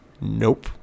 Nope